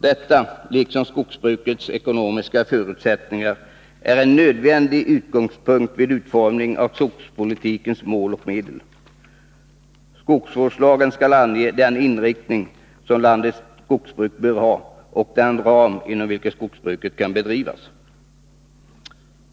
Detta — liksom skogsbrukets ekonomiska förutsättningar — är en nödvändig utgångspunkt vid utformningen av skogspolitikens mål och medel. Skogsvårdslagen skall ange den inriktning som landets skogsbruk bör ha och den ram inom vilken skogsbruk kan bedrivas.